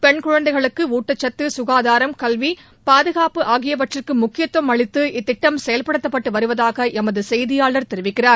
பெண் குழந்தைகளுக்குஊட்டச்சத்து கசுகாதாரம் கல்வி பாதுகாப்பு ஆகியவற்றுக்குமுக்கியத்துவம் அளித்து இத்திட்டம் செயல்படுத்தப்பட்டுவருவதாகளமதுசெய்தியாளர் தெரிவிக்கிறார்